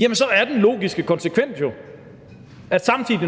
jamen så er den logiske konsekvens jo, når